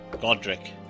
Godric